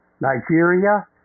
Nigeria